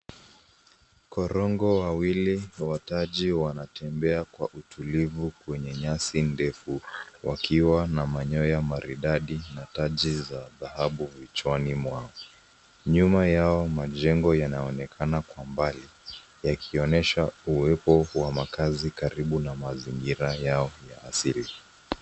Korongo wawili wataji wanatembea kwa utulivu kwenye nyasi ndefu wakiwa na manyoya maridadi na taji za dhahabu kichwani mwao, nyuma yao majengo yanaonekana kwa mbali yakionesha uwepo wa makazi karibu na mazingira yao ya asili.